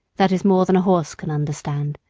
that is more than a horse can understand,